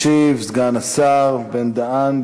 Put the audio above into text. ישיב סגן השר בן-דהן.